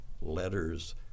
letters